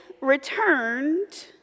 returned